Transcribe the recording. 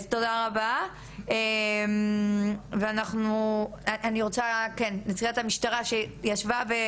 אז תודה רבה דפנה ואני רוצה לשמוע את נציגת המשטרה שישבה.